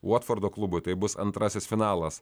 votfordo klubui tai bus antrasis finalas